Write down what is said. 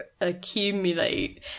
accumulate